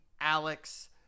Alex